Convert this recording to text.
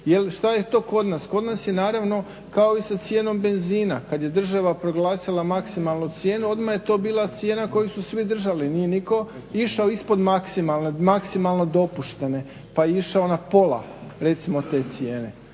šta je to kod nas? Kod nas je naravno kao i sa cijenom benzina kad je država proglasila maksimalnu cijenu odmah je to bila cijena koju su svi držali. Nije nitko išao ispod maksimalno dopuštene, pa je išao na pola recimo te cijene.